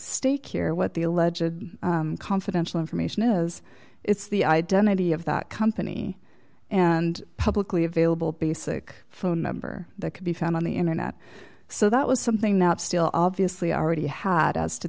stake here what the allegedly confidential information is it's the identity of that company and publicly available basic phone number that could be found on the internet so that was something that still obviously already had as to